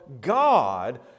God